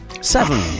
seven